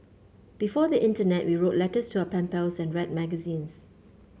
before the internet we wrote letters to our pen pals and read magazines